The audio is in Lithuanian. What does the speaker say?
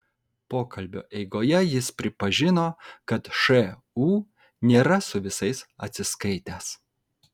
pokalbio eigoje jis pripažino kad šu nėra su visais atsiskaitęs